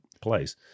place